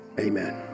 Amen